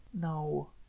No